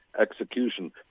execution